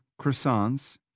croissants